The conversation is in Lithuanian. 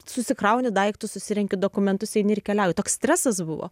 susikrauni daiktus susirenki dokumentus eini ir keliauji toks stresas buvo